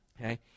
okay